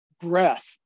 breath